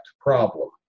problem